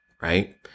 right